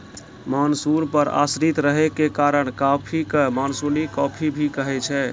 monsoon पर आश्रित रहै के कारण कॉफी कॅ मानसूनी कॉफी भी कहै छै